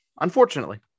Unfortunately